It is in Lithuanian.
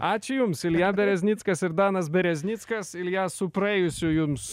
ačiū jums ilja bereznickas ir danas bereznickas ilja su praėjusiu jums